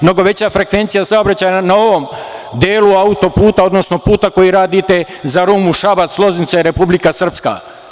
Mnogo veća frekvencija saobraćaja je na ovom delu autoputa, odnosno puta koji radite za Rumu, Šabac, Loznica i Republika Srpska.